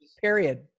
Period